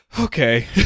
okay